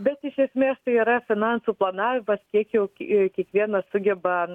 bet iš esmės tai yra finansų planavimas kiek jau ki kiekvienas sugeba